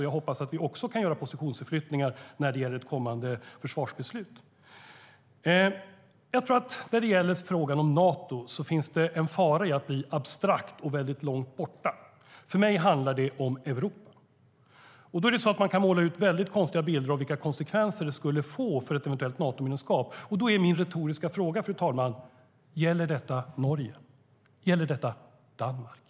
Jag hoppas att vi kan göra positionsförflyttningar också när det gäller ett kommande försvarsbeslut. Man kan måla ut väldigt konstiga bilder av vilka konsekvenser ett eventuellt Natomedlemskap skulle få. Då är min retoriska fråga, fru talman: Gäller detta Norge? Gäller detta Danmark?